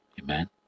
Amen